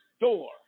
door